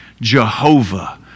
Jehovah